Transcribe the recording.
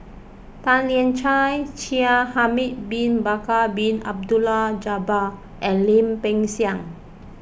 Tan Lian Chye Shaikh Ahmad Bin Bakar Bin Abdullah Jabbar and Lim Peng Siang